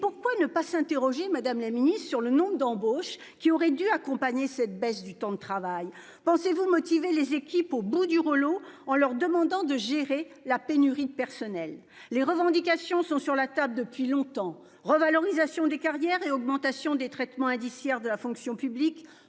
pourquoi ne pas s'interroger Madame la Ministre sur le nombre d'embauches qui auraient dû accompagner cette baisse du temps de travail. Pensez-vous motiver les équipes au bout du rouleau en leur demandant de gérer la pénurie de personnel, les revendications sont sur la table depuis longtemps, revalorisation des carrières et augmentation des traitement indiciaire de la fonction publique.